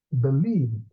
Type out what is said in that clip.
believed